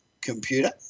computer